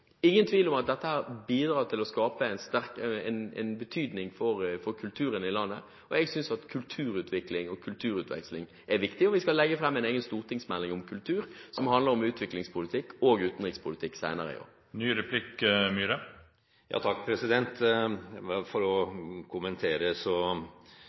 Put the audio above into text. ingen tvil om at dette har en betydning for kulturen i landet. Jeg synes at kulturutvikling og kulturutveksling er viktig, og vi skal senere legge fram en egen stortingsmelding om kultur, som handler om utviklingspolitikk og utenrikspolitikk.